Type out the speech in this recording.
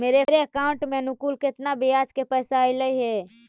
मेरे अकाउंट में अनुकुल केतना बियाज के पैसा अलैयहे?